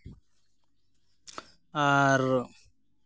ᱟᱨ